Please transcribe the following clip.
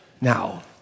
now